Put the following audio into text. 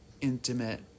intimate